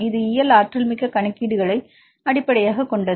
இது இயல் ஆற்றல்மிக்க கணக்கீடுகளை அடிப்படையாகக் கொண்டது